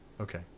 Okay